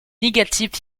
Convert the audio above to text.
négatives